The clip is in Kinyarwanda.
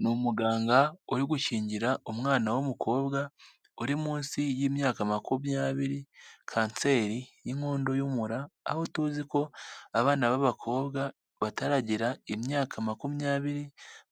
Ni umuganga uri gukingira umwana w'umukobwa uri munsi y'imyaka makumyabiri kanseri y'inkondo y'umura aho tuzi ko abana b'abakobwa bataragira imyaka makumyabiri